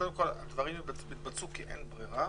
קודם כל, הדברים יתבצעו כי אין ברירה,